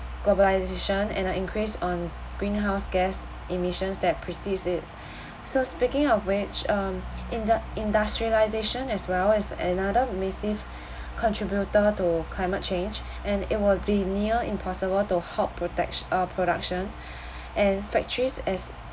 globalisation and a increase on greenhouse gas emissions that precedes it so speaking of which um in the industrialization as well as another massive contributor to climate change and it would be near impossible to halt protec~ uh production and factories as